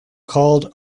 called